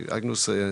אגנוס,